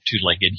two-legged